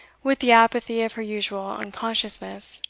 with the apathy of her usual unconsciousness.